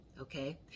okay